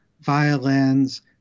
violins